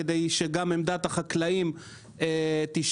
כדי שגם עמדת החקלאים תישמע.